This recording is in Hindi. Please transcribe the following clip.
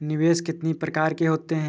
निवेश कितनी प्रकार के होते हैं?